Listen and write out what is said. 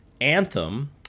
Anthem